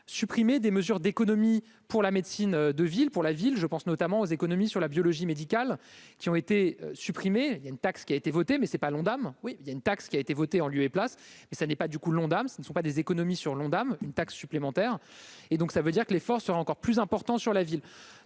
supprimer des mesures d'économie pour la médecine de ville pour la ville, je pense notamment aux économies sur la biologie médicale qui ont été supprimés, il y a une taxe qui a été votée, mais ce n'est pas l'Ondam, oui, il y a une taxe qui a été votée en lieu et place, et ça n'est pas du coup l'Ondam, ce ne sont pas des économies sur l'Ondam une taxe supplémentaire et donc ça veut dire que l'effort sera encore plus important sur la ville,